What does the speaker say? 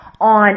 on